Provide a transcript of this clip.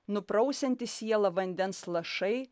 nuprausiantis sielą vandens lašai